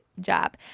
job